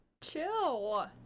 Chill